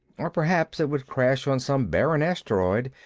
or perhaps it would crash on some barren asteroid,